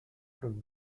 from